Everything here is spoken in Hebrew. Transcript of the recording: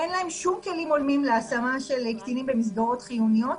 אין להם שום כלים הולמים להשמה של קטינים במסגרות חיוניות